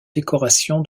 décoration